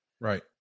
right